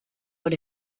but